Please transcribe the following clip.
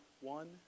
one